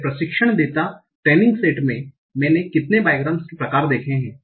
मेरे प्रशिक्षण डेटा में मैंने कितने बाइग्राम्स के प्रकार देखे हैं